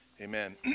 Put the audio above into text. Amen